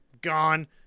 Gone